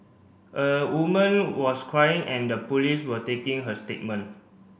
a woman was crying and the police were taking her statement